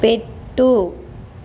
పెట్టు